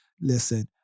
listen